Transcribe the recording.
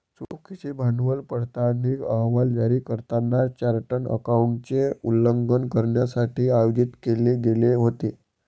चुकीचे भांडवल पडताळणी अहवाल जारी करताना चार्टर्ड अकाउंटंटचे उल्लंघन करण्यासाठी आयोजित केले गेले होते